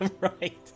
Right